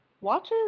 watches